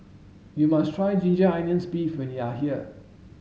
you must try ginger onions beef when you are here